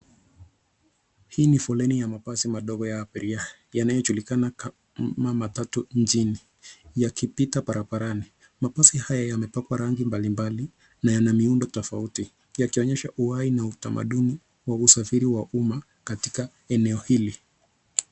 Hii ni foleni ya mabasi madogo ya abiria, yanayojulikana kama matatu nchini, yakipita barbarani. Mabasi haya yamepakwa rangi mbalimbali na yana miundo tofauti, yakionyesha uhai na tamaduni ya usafiri wa umma katika eneo hili.